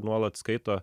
nuolat skaito